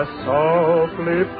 softly